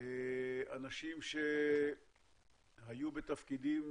אנשים שהיו בתפקידים,